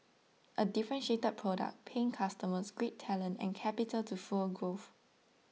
a differentiated product paying customers great talent and capital to fuel growth